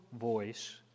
voice